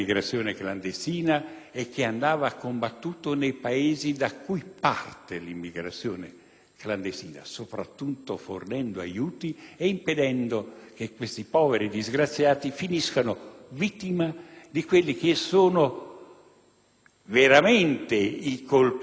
soprattutto fornendo aiuti e impedendo che questi poveri disgraziati finiscano vittime di quelli che sono veramente gli autentici colpevoli, coloro che pongono in essere una sorta di tratta degli esseri umani.